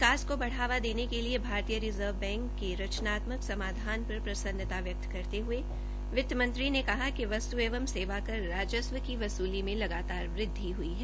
विकास को बढ़ावा देने के लिए भारतीय रिज़र्व बैंक के रचनात्मक समाधान पर प्रसन्नता व्यक्त करते हये वित्तमंत्री ने कहा कि वस्तु एवं सेवा कर राजस्व की वसूली में लगातार वृद्वि हई है